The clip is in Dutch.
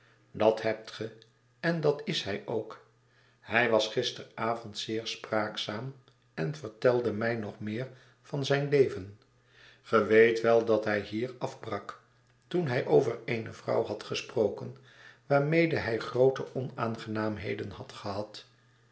dat hebt ge en dat is hij ook hij was gisteravond zeer spraakzaam en vertelde mij nog meer van zijn leven ge weet wel dat hij hier af brak toen hij over eene vrouw had gesproken waar mede hij groote onaangenaamheden had gehad